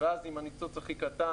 ואז עם הניצוץ הכי קטן,